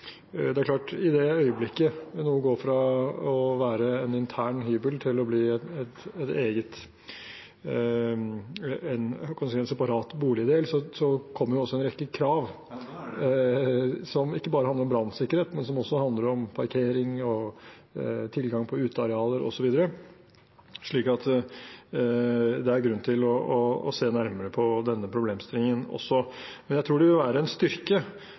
det. Det er klart at i det øyeblikket noe går fra å være en intern hybel til å bli en separat boligdel, kommer det også en rekke krav. Ikke bare gjelder det brannsikkerhet, men det handler også om parkering, tilgang på utearealer, osv. Så det er grunn til å se nærmere på denne problemstillingen også. Men jeg tror det vil være en styrke